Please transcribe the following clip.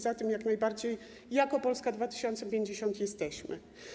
Za tym jak najbardziej jako Polska 2050 jesteśmy.